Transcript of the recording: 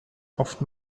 oft